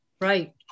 right